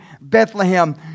Bethlehem